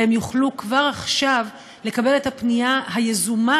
והם יוכלו כבר עכשיו לקבל את הפנייה היזומה